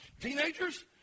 teenagers